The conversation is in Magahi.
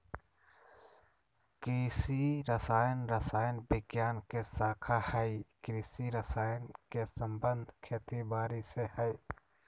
कृषि रसायन रसायन विज्ञान के शाखा हई कृषि रसायन के संबंध खेती बारी से हई